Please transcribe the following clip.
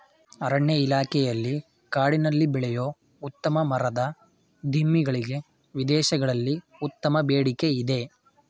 ಅರಣ್ಯ ಇಲಾಖೆಯಲ್ಲಿ ಕಾಡಿನಲ್ಲಿ ಬೆಳೆಯೂ ಉತ್ತಮ ಮರದ ದಿಮ್ಮಿ ಗಳಿಗೆ ವಿದೇಶಗಳಲ್ಲಿ ಉತ್ತಮ ಬೇಡಿಕೆ ಇದೆ